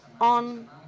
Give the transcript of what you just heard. on